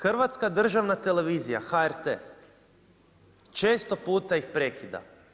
Hrvatska državna televizija, HRT često puta ih prekida.